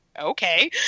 okay